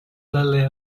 dalle